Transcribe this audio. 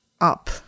up